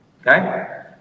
okay